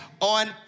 on